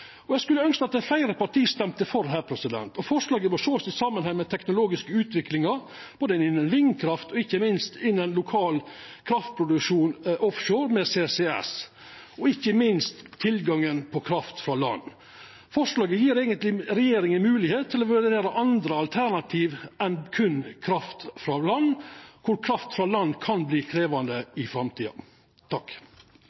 Eg skulle ønskt at fleire parti stemte for forslaget. Det må sjåast i samanheng med den teknologiske utviklinga, både innan vindkraft og innan lokal kraftproduksjon med CCS offshore, og ikkje minst med tilgangen på kraft frå land. Forslaget gjev eigentleg regjeringa ei moglegheit til å vurdera andre alternativ enn berre kraft frå land, dersom tilgangen på kraft frå land kan verta krevjande